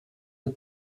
the